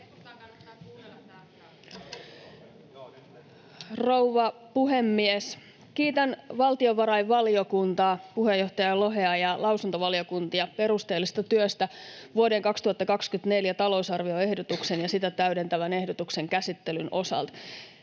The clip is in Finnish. Rouva puhemies! Kiitän valtiovarainvaliokuntaa, puheenjohtaja Lohea ja lausuntovaliokuntia perusteellisesta työstä vuoden 2024 talousarvioehdotuksen ja sitä täydentävän ehdotuksen käsittelyn osalta.